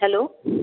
hello